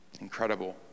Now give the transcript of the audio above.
Incredible